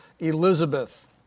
Elizabeth